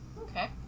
Okay